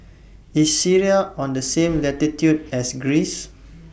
IS Syria on The same latitude as Greece